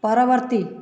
ପରବର୍ତ୍ତୀ